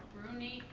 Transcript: rooney.